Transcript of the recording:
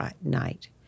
night